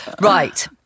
Right